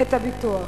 את הביטוח.